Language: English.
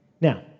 Now